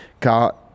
car